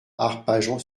arpajon